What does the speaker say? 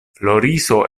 floriso